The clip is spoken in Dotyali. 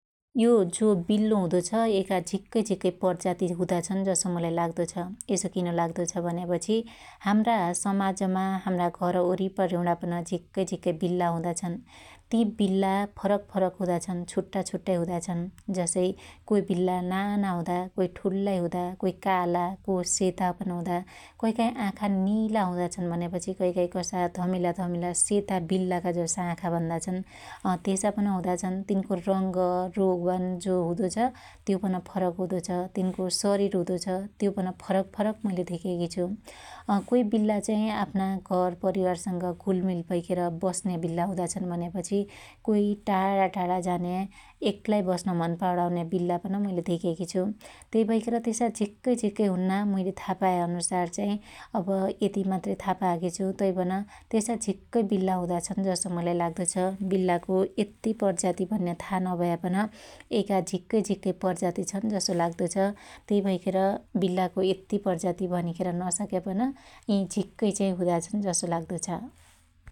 यो जो बिल्लो हुदो छ यैका झिक्कै झिक्कै प्रजाती हुदा छन जसो मुलाई लाग्दो छ । यसो किन लाग्दो छ भन्यापछि हाम्रा समाजमा हाम्रा घर वरिपरिउणा पन झिक्कै झिक्कै बिल्ला हुदा छन् । ति बिल्ला फरक फरक हुदा छन् । छुट्टा छुट्टै हुदाछन् । जसै कोइ बिल्ला नाना हुदा कोई बिल्ला ठुल्लाई हुदा काई काला को सेता पन हुदा कैकाई आँखा निला हुदा छन् भन्यापछि कैकाइ कसाई धमिला धमिला सेता बिल्लाका जसा आँखा भन्दा छन । अ त्यसा पन हुदा छन । तिनको रंग रोगन जो हुदो छ त्यो पन फरक हुदो छ । तिनको शरिर हुदो छ त्यो पन फरक फरक मुईले धेक्याकी छु । अकोइ बिल्ला चाहि आफ्ना घर परिवारसंग घुलमिल भैखेर बस्न्या बिल्ला हुदा छन भन्पापछि कोइ टाणा टाणा जान्या एक्लै कस्न मन पणाउन्या बिल्ला पन मुइले धेक्याकी छु । त्यइ भैखेर त्यसा झिक्कै झीक्कै हुन्ना मुईले थाहा पाया अनुसार चाहि अब यति मात्र थाँहा पायाकी छु तैपन त्यसा झिक्कै बिल्ला हुदाछन् जसो मलाई लाग्दो छ । बिल्लाको यत्ती प्रजाती भन्या था नभ्यापन यइका झिक्कै झिक्कै प्रजाति छन जसो लाग्दो छ । त्यई भैखेर बिल्लाको यत्ती प्रजाती भनिखेर नसक्यापन यि झिक्कै चाहि हुदाछन जसो लाग्दो छ ।